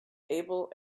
able